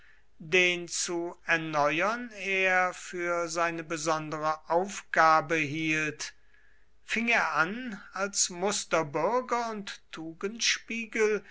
den zu erneuern er für seine besondere aufgabe hielt fing er an als musterbürger und